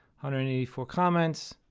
hundred and eighty four comments,